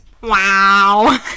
Wow